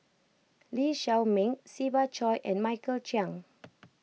Lee Shao Meng Siva Choy and Michael Chiang